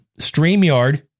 StreamYard